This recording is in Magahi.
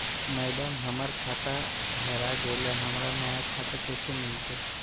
मैडम, हमर खाता हेरा गेलई, हमरा नया खाता कैसे मिलते